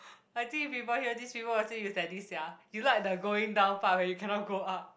I think people hear this people will say you sadist sia you like the going down part but you cannot go up